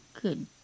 Good